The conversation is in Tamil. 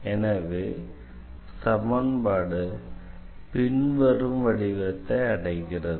எனவே சமன்பாடு பின்வரும் வடிவத்தை அடைகிறது